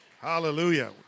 Hallelujah